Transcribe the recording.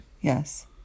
yes